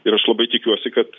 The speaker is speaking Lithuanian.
ir aš labai tikiuosi kad